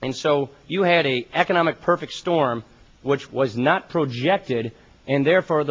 and so you had a economic perfect storm which was not projected and therefore